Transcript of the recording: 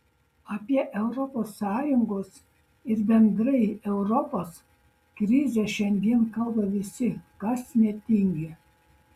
apie europos sąjungos ir bendrai europos krizę šiandien kalba visi kas netingi